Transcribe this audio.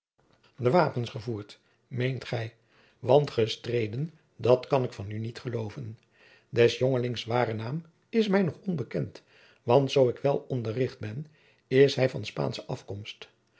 de wapens gevoerd meent gij want gestreden dat kan ik van u niet geloven des jongelings ware naam is mij nog onbekend want zoo ik wel onderricht ben is hij van spaansche afkomst